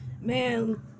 Man